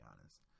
honest